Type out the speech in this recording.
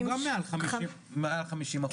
תגמול נצרך הוא גם לאנשים עם יותר מ-50% נכות.